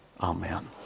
Amen